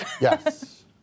Yes